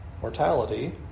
mortality